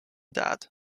dad